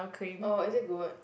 oh is it good